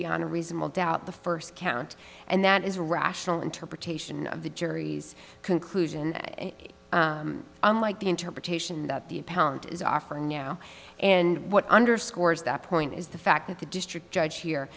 beyond a reasonable doubt the first count and that is a rational interpretation of the jury's conclusion unlike the interpretation that the pound is off for now and what underscores that point is the fact that the district judge here